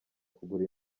kugura